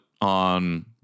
on